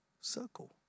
circle